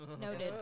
Noted